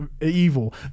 evil